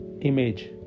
image